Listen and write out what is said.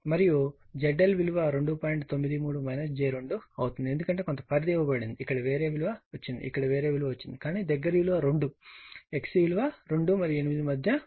93 j 2 అవుతుంది ఎందుకంటే కొంత పరిధి ఇవ్వబడింది ఇక్కడ వేరే విలువ వచ్చింది ఇక్కడ వేరే విలువ వచ్చింది కానీ దగ్గరి విలువ 2 XC విలువ 2 మరియు 8 మధ్య ఉంటుంది